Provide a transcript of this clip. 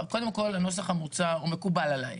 קודם כל, הנוסח המוצע מקובל עליי.